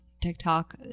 TikTok